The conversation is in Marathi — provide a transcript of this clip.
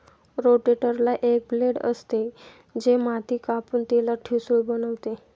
रोटेटरला एक ब्लेड असते, जे माती कापून तिला ठिसूळ बनवते